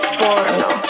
porno